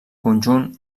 conjunt